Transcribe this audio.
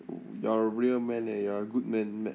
you are a real man eh you are good man mad